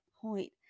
point